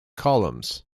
columns